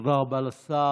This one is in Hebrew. תודה רבה לשר.